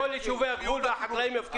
קצת לחץ פיזי מתון, זה יקרה.